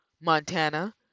Montana